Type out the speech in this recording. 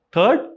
Third